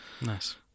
Nice